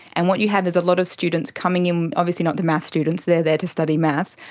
and what you have is a lot of students coming in, obviously not the maths students, they are there to study maths,